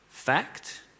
fact